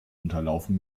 unterlaufen